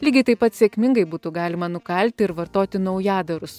lygiai taip pat sėkmingai būtų galima nukalti ir vartoti naujadarus